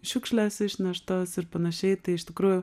šiukšlės išneštos ir panašiai tai iš tikrųjų